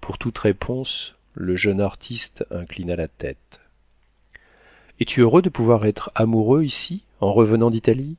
pour toute réponse le jeune artiste inclina la tête es-tu heureux de pouvoir être amoureux ici en revenant d'italie